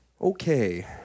Okay